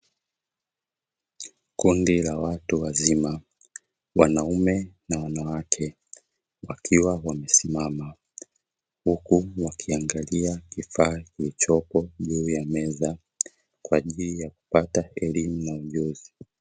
Kundi la watu wazima wanaume na wanawake, wakiwa wamesimama huku wakiangalia kifaa kilichopo juu ya meza, kwa ajili ya kupata elimu na ujuzi.